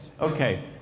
okay